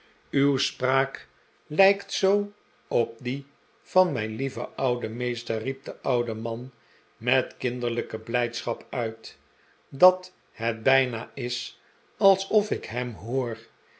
uw spraak lijkt zoo op die van mijn lieven ouden meester riep de oude man met kinderlijke blijdschap uit dat net bijna is alsof ik hem hoor